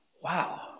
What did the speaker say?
Wow